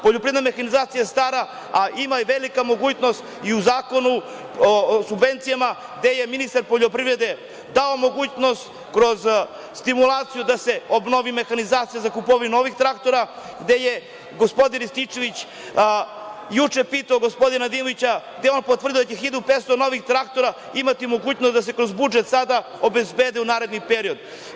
Poljoprivredna mehanizacija je stara, a ima i velika mogućnost i u zakonu o subvencijama, gde je ministar poljoprivrede dao mogućnost kroz stimulaciju da se obnovi mehanizacija za kupovinu novih traktora, gde je gospodin Rističević juče pitao gospodina Nedimovića, gde je on potvrdio da će 1.500 novih traktora imati mogućnosti da se kroz budžet sada obezbede u narednom periodu.